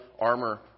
armor